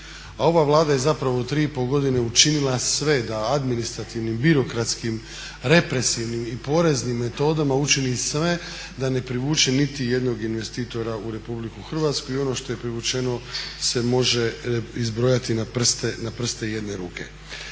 ova Vlada je zapravo u 3 i pol godine učinila sve da administrativnim, birokratskim, represivnim i poreznim metodama učini sve da ne privuče niti jednog investitora u Republiku Hrvatsku i ono što je privučeno se može izbrojati na prste jedne ruke.